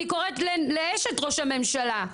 אני קוראת לאשת ראש הממשלה.